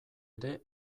ere